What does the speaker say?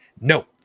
No